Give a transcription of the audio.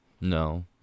No